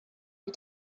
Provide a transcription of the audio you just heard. you